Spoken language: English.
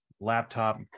laptop